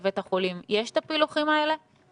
עלייה בכמות החולים הקשים כל שבוע ובמצטבר איך זה נראה.